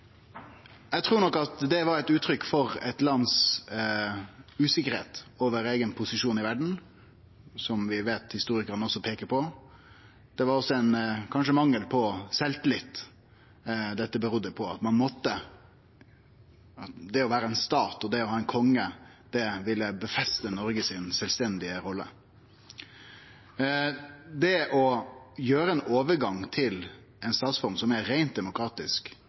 Eg trur det var eit uttrykk for usikkerheit over eigen posisjon i verda, noko vi veit historikarane også peiker på, og kanskje også mangel på sjølvtillit. Det å vere ein stat og ha ein konge ville forsterke Noregs sjølvstendige rolle. Ein overgang til ei statsform som er reint demokratisk,